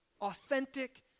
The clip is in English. authentic